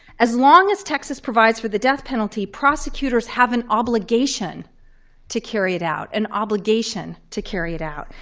as long as texas provides for the death penalty, prosecutors have an obligation to carry it out. an obligation to carry it out.